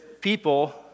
people